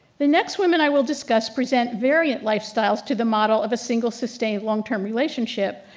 the next women i will discuss present variant lifestyles to the model of a single sustain long-term relationship.